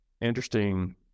interesting